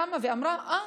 קמה ואמרה: אה,